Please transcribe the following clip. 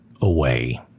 away